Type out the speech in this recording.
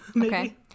okay